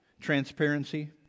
transparency